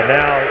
now